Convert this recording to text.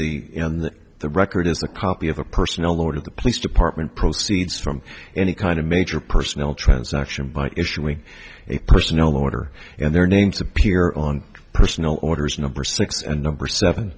that the record is a copy of a personnel order the police department proceeds from any kind of major personnel transaction by issuing a personnel order and their names appear on personal orders number six and number seven